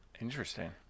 interesting